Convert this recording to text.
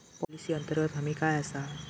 Policy अंतर्गत हमी काय आसा?